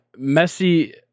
Messi